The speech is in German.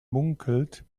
munkelt